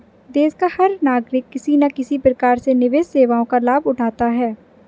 देश का हर नागरिक किसी न किसी प्रकार से निवेश सेवाओं का लाभ उठाता है